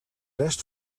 rest